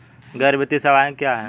गैर वित्तीय सेवाएं क्या हैं?